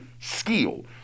skill